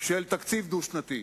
של תקציב דו-שנתי,